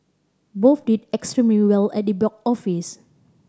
both did extremely well at the box office